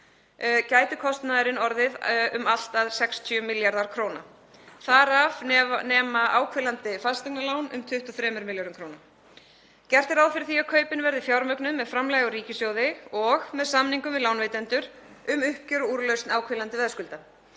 gæti kostnaðurinn orðið um 60 milljarðar króna. Þar af nema áhvílandi fasteignalán um 23 milljörðum króna. Gert er ráð fyrir því að kaupin verði fjármögnuð með framlagi úr ríkissjóði og með samningum við lánveitendur um uppgjör og úrlausn áhvílandi veðskulda.